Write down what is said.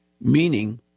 meaning